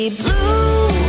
blue